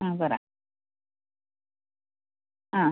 ആ പറ ആ